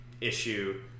issue